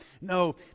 no